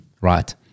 right